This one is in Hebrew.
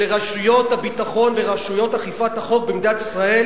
שלרשויות הביטחון ולרשויות אכיפת החוק במדינת ישראל